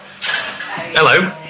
Hello